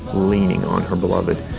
leaning on her beloved?